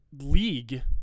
league